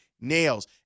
nails